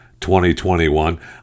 2021